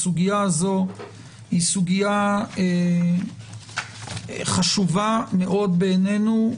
הסוגיה הזו היא סוגיה חשובה מאוד בעינינו,